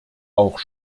auch